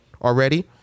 already